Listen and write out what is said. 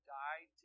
died